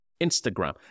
Instagram